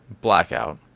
Blackout